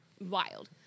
wild